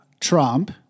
Trump